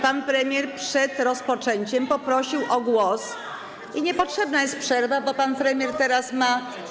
Pan premier przed rozpoczęciem poprosił o głos i niepotrzebna jest przerwa, bo pan premier teraz ma.